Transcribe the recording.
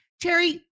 terry